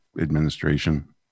administration